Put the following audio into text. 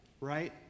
right